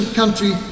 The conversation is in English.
country